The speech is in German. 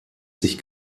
sich